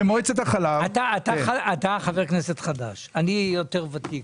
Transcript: אתה חבר כנסת חדש ואני יותר ותיק.